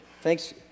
Thanks